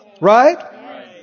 Right